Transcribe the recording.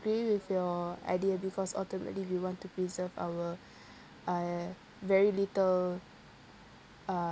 with your idea because ultimately we want to preserve our uh very little uh